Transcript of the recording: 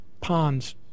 ponds